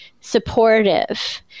supportive